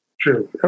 true